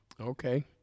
Okay